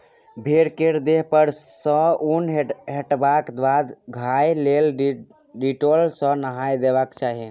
भेड़ा केर देह पर सँ उन हटेबाक बाद घाह लेल डिटोल सँ नहाए देबाक चाही